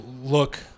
look –